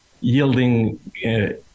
yielding